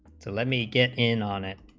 to let me get in on it